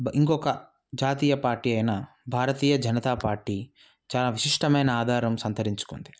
ఇంకొక జాతీయ పార్టీ అయిన భారతీయ జనతా పార్టీ చాలా విశిష్టమైన ఆధారం సంతరించుకుంది